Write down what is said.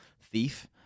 thief